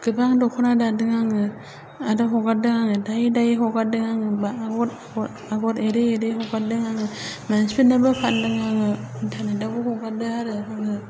गोबां दख'ना दादों आङो आरो हगारदों आङो दायै दायै हगारदों आङोबा आगर आगर एरै एरै हगारदों आङो मानसिफोरनोबो फान्दों आङो इन्टारनेटआवबो हगारदों आरो आङो